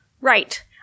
Right